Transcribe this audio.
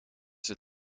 zit